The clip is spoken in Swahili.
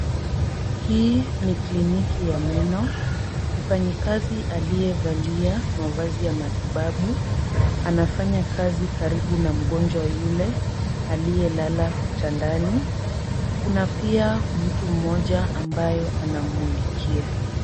Hii ni kliniki ya meno. Mfanyikazi aliyevalia mavazi ya matibabu anafanya kazi karibu na mgonjwa yule aliye lala kitandani. Kuna pia mtu mmoja ambaye anamumulikia.